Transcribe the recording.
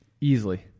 Easily